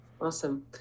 Awesome